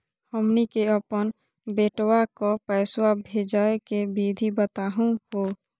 हमनी के अपन बेटवा क पैसवा भेजै के विधि बताहु हो?